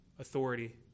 authority